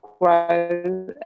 grow